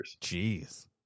Jeez